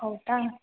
ಹೌದಾ